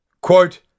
Quote